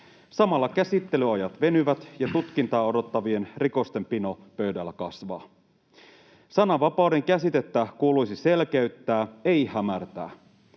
Samalla käsittelyajat venyvät ja tutkintaa odottavien rikosten pino pöydällä kasvaa. Sananvapauden käsitettä kuuluisi selkeyttää, ei hämärtää.